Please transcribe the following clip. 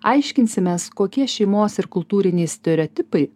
aiškinsimės kokie šeimos ir kultūriniai stereotipai